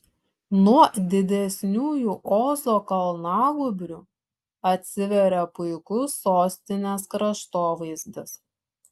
nuo didesniųjų ozo kalnagūbrių atsiveria puikus sostinės kraštovaizdis